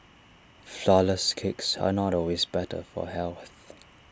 Flourless Cakes are not always better for health